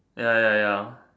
ya ya ya